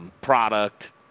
Product